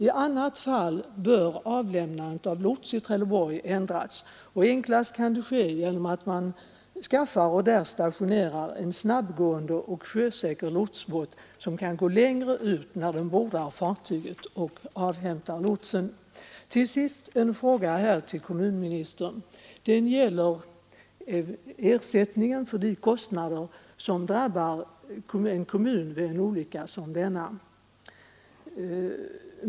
I annat fall bör avlämnandet av lotsen i Trelleborg ändras. Enklast är det att skaffa och där stationera en snabbgående och sjösäker lotsbåt, som kan gå längre ut när den bordar fartyget och avhämtar lotsen. Till sist en fråga till kommunministern om ersättningen för de kostnader som drabbar en kommun vid en olycka som denna.